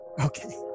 okay